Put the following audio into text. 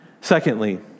Secondly